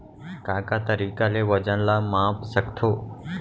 का का तरीक़ा ले वजन ला माप सकथो?